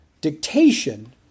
Dictation